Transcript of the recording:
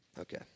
Okay